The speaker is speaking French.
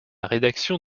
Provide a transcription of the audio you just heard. rédaction